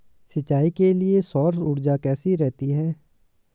सिंचाई के लिए सौर ऊर्जा कैसी रहती है?